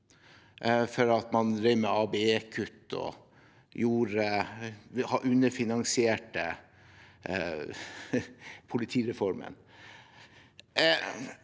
for at man drev med ABE-kutt og underfinansierte politireformen.